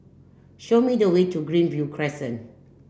show me the way to Greenview Crescent